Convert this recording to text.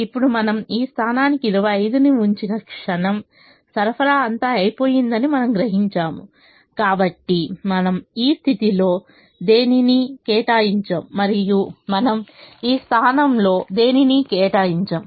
ఇప్పుడు మనము ఈ స్థానానికి 25 ని ఉంచిన క్షణం సరఫరా అంతా అయిపోయిందని మనము గ్రహించాము కాబట్టి మనము ఈ స్థితిలో దేనినీ కేటాయించము మరియు మనము ఈ స్థానంలో దేనినీ కేటాయించము